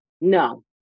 No